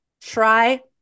Try